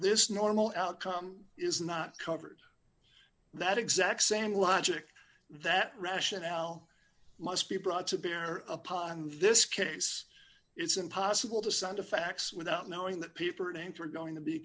this normal outcome is not covered that exact same logic that rationale must be brought to bear upon this case it's impossible to send a fax without knowing the peeper names were going to be